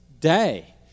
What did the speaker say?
day